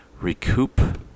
recoup